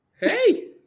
Hey